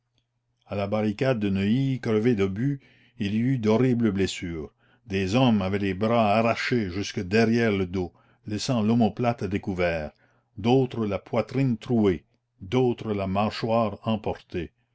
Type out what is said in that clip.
la barricade de neuilly crevée d'obus il y eut d'horribles blessures des hommes avaient les bras arrachés jusque derrière le dos laissant l'omoplate à découvert d'autres la poitrine trouée d'autres la mâchoire emportée